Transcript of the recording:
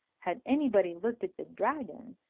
had anybody looked at the dragon,